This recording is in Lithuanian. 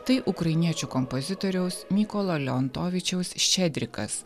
tai ukrainiečių kompozitoriaus mykolo leontovičiaus ščedrikas